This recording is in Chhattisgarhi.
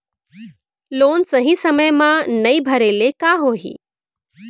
लोन सही समय मा नई भरे ले का होही?